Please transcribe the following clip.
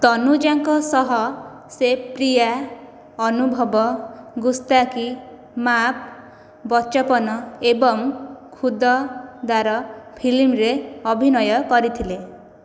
ତନୁଜାଙ୍କ ସହ ସେ ପ୍ରିୟା ଅନୁଭବ ଗୁସ୍ତାକି ମାଫ୍ ବଚପନ ଏବଂ ଖୁଦ ଦାର ଫିଲ୍ମରେ ଅଭିନୟ କରିଥିଲେ